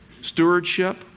stewardship